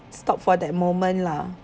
stop for that moment lah